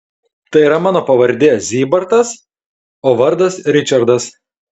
tai yra mano pavardė zybartas o vardas ričardas